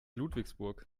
ludwigsburg